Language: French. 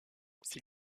ses